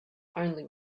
only